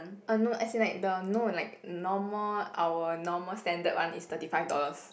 uh no as in like the no like normal hour normal standard one is thirty five dollars